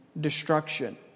destruction